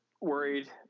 worried